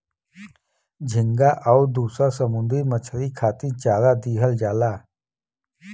झींगा आउर दुसर समुंदरी मछरी खातिर चारा दिहल जाला